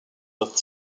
that